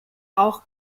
auch